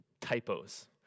typos